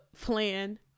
plan